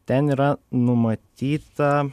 ten yra numatyta